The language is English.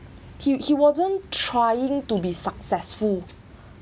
he he wasn't trying to be successful